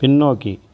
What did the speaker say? பின்னோக்கி